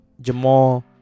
Jamal